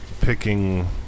picking